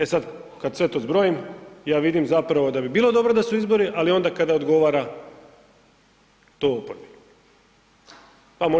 E sad kad sve to zbrojim ja vidim zapravo da bi bilo dobro da su izbori, ali onda kada odgovara to oporbi.